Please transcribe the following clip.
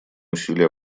усилия